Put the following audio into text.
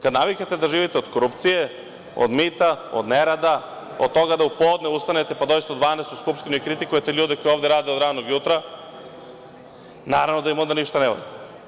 Kada naviknete da živite od korupcije, od mita, od nerada, od toga da u podne ustanete, pa dođete u 12 sati u Skupštinu i kritikujete ovde ljude koji rade od ranog jutra, naravno da vam onda ništa ne valja.